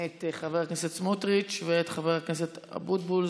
חבר הכנסת בצלאל סמוטריץ' וחבר הכנסת משה אבוטבול.